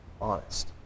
honest